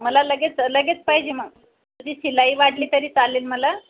मला लगेच लगेच पाहिजे मग त्याची शिलाई वाढली तरी चालेल मला